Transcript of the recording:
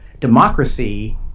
democracy